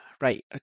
Right